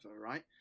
right